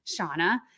Shauna